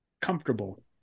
comfortable